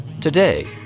Today